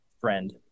friend